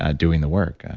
ah doing the work.